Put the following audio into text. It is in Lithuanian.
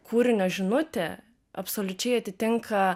kūrinio žinutė absoliučiai atitinka